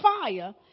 fire